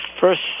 first